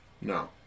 No